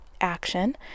action